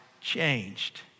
changed